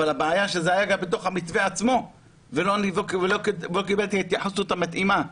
אבל הבעיה שזה היה גם בתוך המתווה עצמו ולא קיבלתי התייחסות מתאימה,